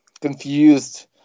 confused